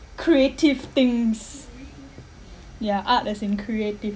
creative things ya art as in creative